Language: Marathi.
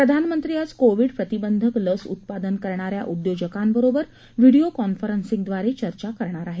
प्रधानमंत्री आज कोविड प्रतिबंधक लस उत्पादन करणाऱ्या उद्योजकांबरोबर व्हिडिओ कॉन्फरन्सिंगद्वारे चर्चा करणार आहेत